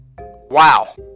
Wow